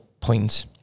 point